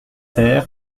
ter